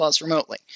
remotely